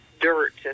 dirt